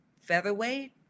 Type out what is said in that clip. featherweight